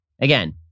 again